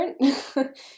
different